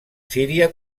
síria